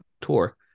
tour